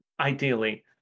Ideally